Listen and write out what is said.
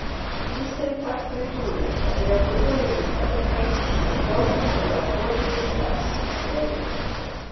jis taip pat pridūrė kad reguliuojami tarifai daugumai vartotojų taps istorija